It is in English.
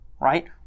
right